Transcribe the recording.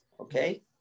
okay